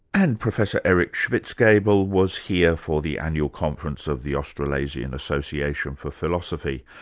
and professor eric schwitzgebel was here for the annual conference of the australasian association for philosophy.